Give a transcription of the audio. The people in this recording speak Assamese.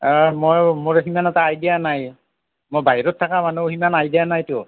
মোৰ মোৰ সিমান এটা আইডিয়া নাই মই বাহিৰত থকা মানুহ সিমান আইডিয়া নাইতো